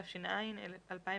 התש"ע-2010".